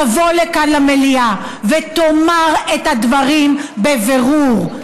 תבוא לכאן למליאה ותאמר את הדברים בבירור: